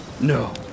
no